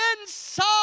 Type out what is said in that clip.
inside